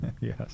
Yes